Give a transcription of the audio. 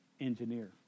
engineer